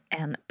en